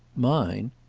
mine?